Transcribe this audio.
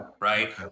Right